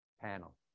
panel